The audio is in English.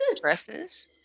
dresses